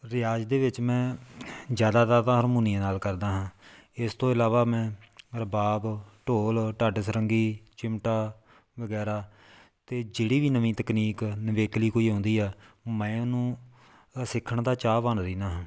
ਰਿਆਜ਼ ਦੇ ਵਿੱਚ ਮੈਂ ਜ਼ਿਆਦਾਤਰ ਤਾਂ ਹਾਰਮੋਨੀਅਮ ਨਾਲ ਕਰਦਾ ਹਾਂ ਇਸ ਤੋਂ ਇਲਾਵਾ ਮੈਂ ਰਵਾਬ ਢੋਲ ਢੱਡ ਸਰੰਗੀ ਚਿਮਟਾ ਵਗੈਰਾ ਅਤੇ ਜਿਹੜੀ ਵੀ ਨਵੀਂ ਤਕਨੀਕ ਨਿਵੇਕਲੀ ਕੋਈ ਆਉਂਦੀ ਆ ਮੈਂ ਉਹਨੂੰ ਸਿੱਖਣ ਦਾ ਚਾਹਵਾਨ ਰਹਿੰਦਾ ਹਾਂ